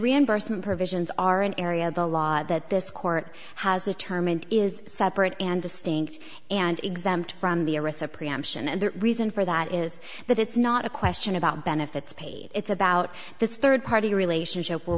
reimbursement provisions are an area of the law that this court has determined is separate and distinct and exempt from the arrest of preemption and the reason for that is that it's not a question about benefits paid it's about this third party relationship where